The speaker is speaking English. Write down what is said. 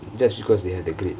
just because they have the grade